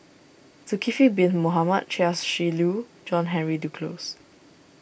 Zulkifli Bin Mohamed Chia Shi Lu John Henry Duclos